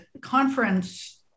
conference